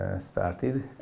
started